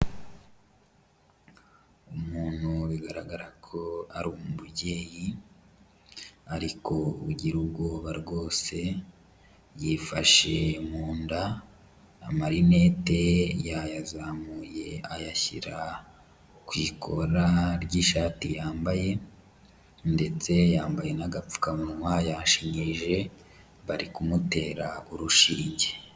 Umuntu bigaragara ko ari umubyeyi ariko ugira ubwoba rwose, yifashe mu nda, amarinete yayazamuye ayashyira ku ikora ry'ishati yambaye, ndetse yambaye n'agapfukamunwa yashinyirije, bari kumutera urushinge.